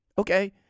okay